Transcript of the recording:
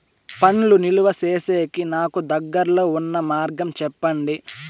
పండ్లు నిలువ సేసేకి నాకు దగ్గర్లో ఉన్న మార్గం చెప్పండి?